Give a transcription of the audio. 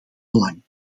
belang